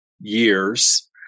years